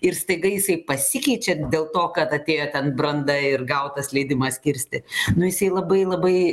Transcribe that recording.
ir staiga jisai pasikeičia dėl to kad atėjo ten branda ir gautas leidimas kirsti nu jisai labai labai